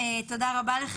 תודה רבה.